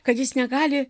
kad jis negali